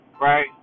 right